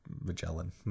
Magellan